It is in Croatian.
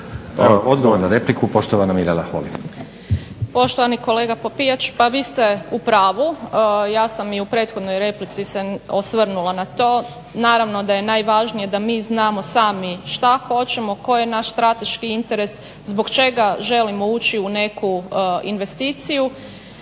Odgovor na repliku, poštovana Mirela Holy. **Holy, Mirela (SDP)** Poštovani kolega Popijač, pa vi ste u pravu, ja sam i u prethodnoj replici se osvrnula na to, naravno da je najvažnije da mi znamo sami šta hoćemo, koji je naš strateški interes, zbog čega želimo uči u neku investiciju